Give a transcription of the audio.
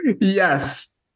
Yes